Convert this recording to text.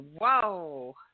Whoa